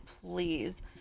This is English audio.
please